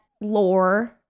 lore